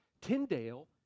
Tyndale